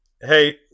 Hey